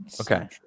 Okay